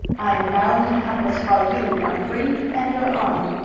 i am bound and helpless, while you are free and are armed.